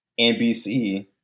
nbc